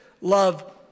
Love